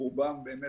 רובם באמת,